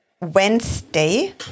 Wednesday